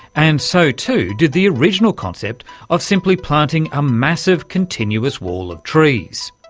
and so too did the original concept of simply planting a massive continuous wall of trees.